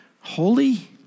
holy